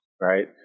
right